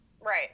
right